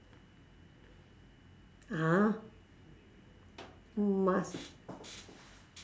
!huh! must